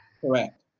Correct